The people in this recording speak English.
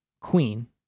queen